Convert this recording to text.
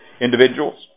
individuals